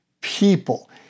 people